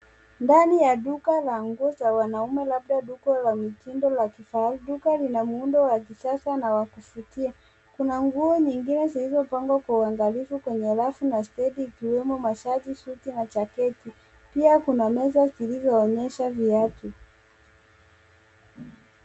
Ndani ya duka la nguo za wanaume, labda duka la mitindo ya kifahari. Duka lina muundo wa kisasa na wa kuvutia. Kuna nguo nyingine zilizopangwa kwa uangalifu kwenye rafu na stendi ikiwemo mashati, suti na jaketi. Pia kuna meza zilizoonyesha viatu.